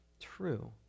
true